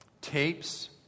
tapes